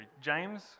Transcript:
James